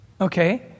okay